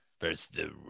versus